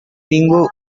minggu